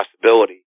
possibility